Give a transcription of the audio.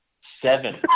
Seven